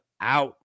out